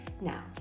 Now